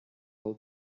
all